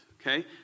Okay